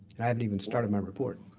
and i haven't even started my report.